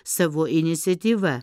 savo iniciatyva